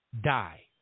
die